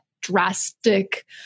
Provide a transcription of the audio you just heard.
drastic